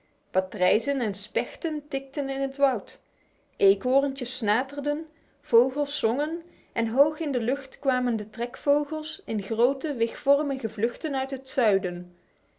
patrijzen en spechten tikten in het woud eekhoorntjes snaterden vogels zongen en hoog in de lucht kwamen de trekvogels in grote wigvormige vluchten uit het zuiden